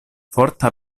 forta